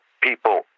people